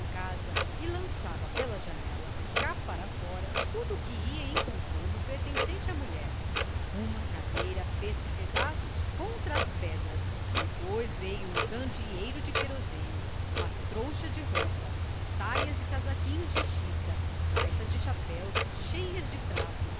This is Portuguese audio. em casa e lançava pela janela cá para fora tudo o que ia encontrando pertencente à mulher uma cadeira fez-se pedaços contra as pedras depois veio um candeeiro de querosene uma trouxa de roupas saias e casaquinhos de chita caixas de chapéus cheias de trapos